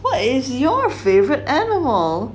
what is your favorite animal